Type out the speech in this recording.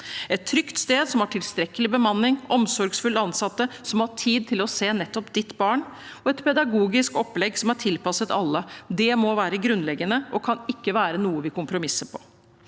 Et trygt sted som har tilstrekkelig bemanning og omsorgsfulle ansatte, som har tid til å se nettopp ditt barn, og et pedagogisk opplegg som er tilpasset alle, må være grunnleggende og kan ikke være noe vi kompromisser på.